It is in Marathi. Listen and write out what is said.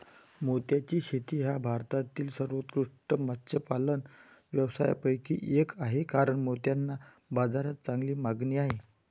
मोत्याची शेती हा भारतातील सर्वोत्कृष्ट मत्स्यपालन व्यवसायांपैकी एक आहे कारण मोत्यांना बाजारात चांगली मागणी आहे